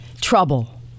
trouble